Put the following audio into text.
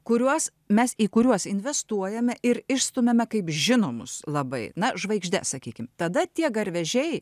kuriuos mes į kuriuos investuojame ir išstumiame kaip žinomus labai na žvaigždes sakykim tada tie garvežiai